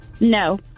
No